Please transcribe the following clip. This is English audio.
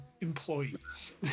employees